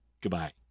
goodbye